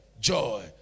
Joy